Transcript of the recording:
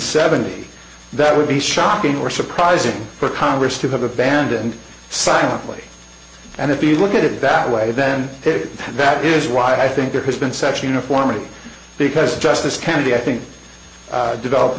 seventy that would be shocking or surprising for congress to have abandoned silently and if you look at it that way then that is why i think there has been such uniformity because justice kennedy i think developed